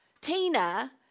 Tina